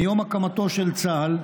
מיום הקמתו של צה"ל,